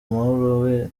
mahoro